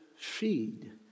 feed